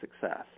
success